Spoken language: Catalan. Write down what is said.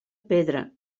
pedra